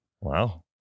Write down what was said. Wow